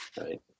right